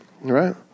right